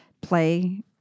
play